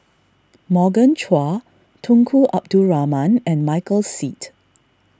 Morgan Chua Tunku Abdul Rahman and Michael Seet